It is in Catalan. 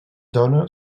dona